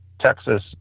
texas